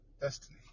destiny